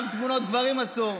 גם תמונות גברים אסור.